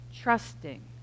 Trusting